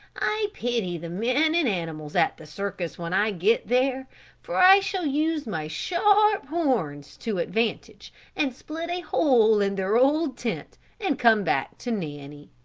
i pity the men and animals at the circus when i get there for i shall use my sharp horns to advantage and split a hole in their old tent and come back to nanny.